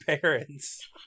parents